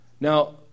Now